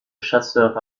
chasseur